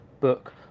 book